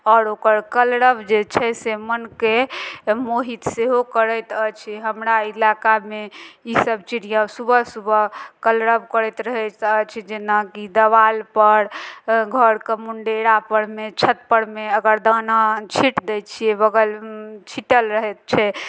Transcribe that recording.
आओर ओकर कलरव जे छै से मनके मोहित सेहो करैत अछि हमरा इलाकामे ई सब चिड़िआँ सुबह सुबह कलरव करैत रहैत अछि जेनाकि दवाल पर घरके मुण्डेरा पर मे छत परमे अगर दाना छीट दै छियै बगल छिटल रहैत छै